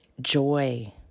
joy